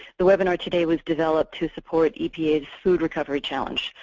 the webinar today was developed to support epa's food recovery challenge.